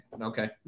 Okay